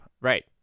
right